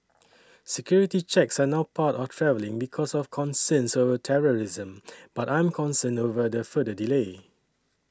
security checks are now part of travelling because of concerns over terrorism but I'm concerned over the further delay